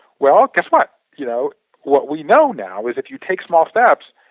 well, guess what, you know what we know now is if you take small steps,